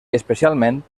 especialment